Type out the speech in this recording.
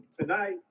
tonight